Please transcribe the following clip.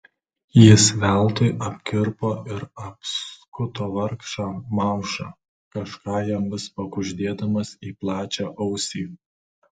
jis veltui apkirpo ir apskuto vargšą maušą kažką jam vis pakuždėdamas į plačią ausį